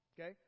Okay